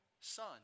son